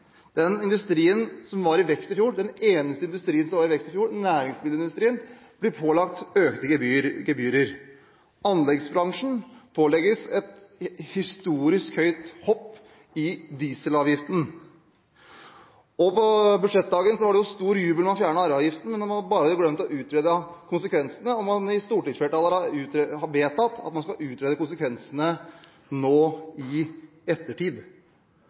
Den industrien som var i vekst i fjor – den eneste industrien som var i vekst i fjor – næringsmiddelindustrien, ble pålagt økte gebyrer. Anleggsbransjen pålegges et historisk høyt hopp i dieselavgiften. På budsjettdagen var det stor jubel da man fjernet arveavgiften, men man har glemt å utrede konsekvensene – stortingsflertallet har vedtatt at man skal utrede konsekvensene nå i ettertid.